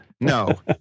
no